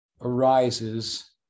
arises